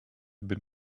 been